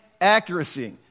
accuracy